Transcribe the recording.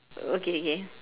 okay okay